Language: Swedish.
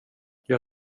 jag